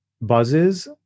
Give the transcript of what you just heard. buzzes